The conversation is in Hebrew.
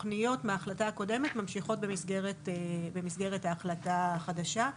התוכניות מההחלטה הקודמת ממשיכות במסגרת ההחלטה החדשה.